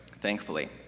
thankfully